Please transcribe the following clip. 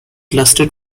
lasted